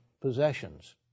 possessions